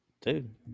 dude